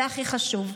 זה הכי חשוב.